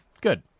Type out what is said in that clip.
Good